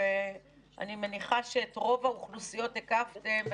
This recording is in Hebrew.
אני מניחה שאת רוב האוכלוסיות הקפתם.